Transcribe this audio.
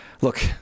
Look